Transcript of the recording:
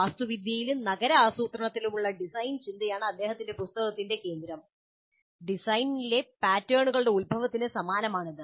വാസ്തുവിദ്യയിലും നഗര ആസൂത്രണത്തിലുമുള്ള ഡിസൈൻ ചിന്തയാണ് അദ്ദേഹത്തിന്റെ പുസ്തകത്തിന്റെ കേന്ദ്രം ഡിസൈനിലെ പാറ്റേണുകളുടെ ഉത്ഭവത്തിന് സമാനമാണ് ഇത്